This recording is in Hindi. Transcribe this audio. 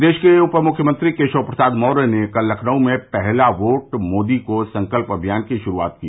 प्रदेश के उप मुख्यमंत्री केशव प्रसाद मौर्य ने कल लखनऊ में पहला वोट मोदी को संकल्प अभियान की शुरूआत की